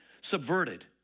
subverted